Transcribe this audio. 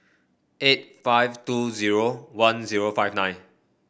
eight five two zero one zero five nine